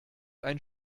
ein